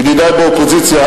ידידי באופוזיציה,